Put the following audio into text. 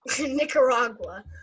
Nicaragua